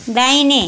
दाहिने